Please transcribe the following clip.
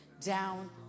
down